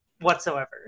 whatsoever